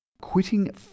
quitting